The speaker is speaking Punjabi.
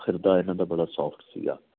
ਹਿਰਦਾ ਇਹਨਾਂ ਦਾ ਬੜਾ ਸੌਫਟ ਸੀਗਾ